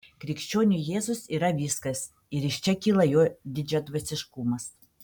krikščioniui jėzus yra viskas ir iš čia kyla jo didžiadvasiškumas